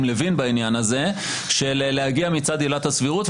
לוין בעניין הזה של להגיע מצד עילת הסבירות,